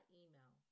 email